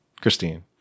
Christine